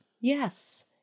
Yes